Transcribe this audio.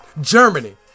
Germany